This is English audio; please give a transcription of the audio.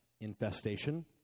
infestation